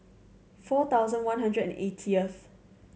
four thousand one hundred and eightieth